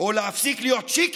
או להפסיק להיות chicken,